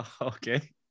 Okay